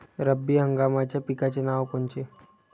रब्बी हंगामाच्या पिकाचे नावं कोनचे?